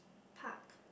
park